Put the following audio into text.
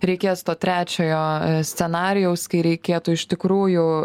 reikės to trečiojo scenarijaus kai reikėtų iš tikrųjų